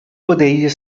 poderiam